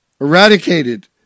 Eradicated